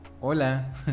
Hola